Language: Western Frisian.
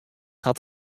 hat